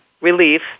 Relief